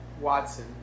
Watson